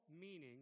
meaning